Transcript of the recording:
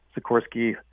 Sikorsky